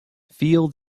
feel